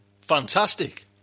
fantastic